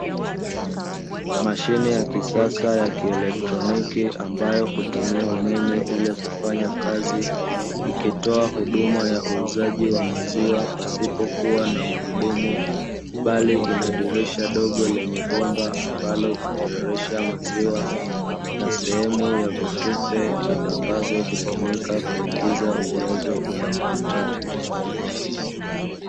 Mashine ya kisasa ya kielektroniki ambayo hutumia umeme ili kufanya kazi, ikitoa huduma ya uuzaji wa maziwa pasipo kuwa na mhudumu, bali ina dirisha dogo lenye bomba ambalo hutiririsha maziwa na sehemu ya vitufe ambavyo hutumika kuingiza ujazo unaohitaji.